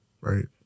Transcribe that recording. Right